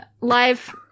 live